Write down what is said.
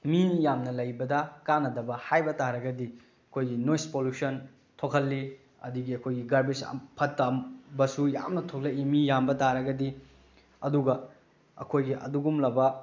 ꯃꯤ ꯌꯥꯝꯅ ꯂꯩꯕꯗ ꯀꯥꯟꯅꯗꯕ ꯍꯥꯏꯕ ꯇꯔꯒꯗꯤ ꯑꯩꯈꯣꯏꯒꯤ ꯅꯣꯏꯁ ꯄꯣꯂꯨꯁꯟ ꯊꯣꯛꯍꯜꯂꯤ ꯑꯗꯨꯗꯒꯤ ꯑꯩꯈꯣꯏꯒꯤ ꯒꯥꯔꯕꯦꯖ ꯐꯠꯇꯕꯁꯨ ꯌꯥꯝꯅ ꯊꯣꯛꯂꯛꯏ ꯃꯤ ꯌꯥꯝꯕ ꯇꯥꯔꯒꯗꯤ ꯑꯗꯨꯒ ꯑꯩꯈꯣꯏꯒꯤ ꯑꯗꯨꯒꯨꯝꯂꯕ